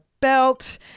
belt